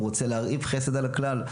הוא רוצה להרעיף חסד על הכלל.